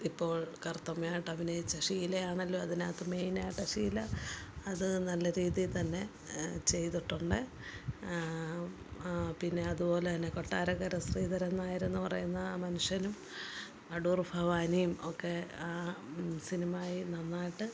ഇപ്പോൾ കറുത്തമ്മയായിട്ട് അഭിനയിച്ച ഷീലയാണെല്ലോ അതിനകത്ത് മെയിനായിട്ട് ഷീല അത് നല്ല രീതിയില് തന്നെ ചെയ്തിട്ടുണ്ട് പിന്നെ അതുപോലെതന്നെ കൊട്ടാരക്കര ശ്രീധരൻ നായർ എന്നു പറയുന്ന മനുഷ്യനും അടൂർ ഭവാനിയും ഒക്കെ ആ സിനിമായെ നന്നായിട്ട്